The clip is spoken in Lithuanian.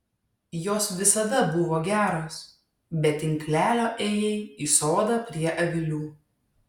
jos visada buvo geros be tinklelio ėjai į sodą prie avilių